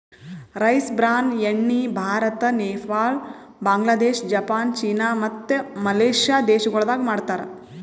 rice bran ಎಣ್ಣಿ Bharat, Nepal, Bangladesh, Japan, China ಮತ್ತ Malaysia ದೇಶಗೊಳ್ದಾಗ್ ಮಾಡ್ತಾರ್